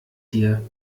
hier